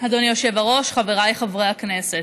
אדוני היושב-ראש, חבריי חברי הכנסת,